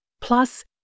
plus